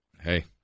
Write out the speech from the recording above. Hey